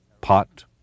pot